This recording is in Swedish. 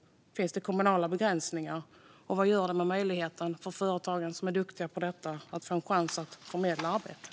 Finns det kommunala begränsningar? Vad gör detta med möjligheten att få en chans att förmedla arbete för de företag som är duktiga på detta?